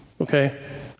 Okay